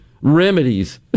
remedies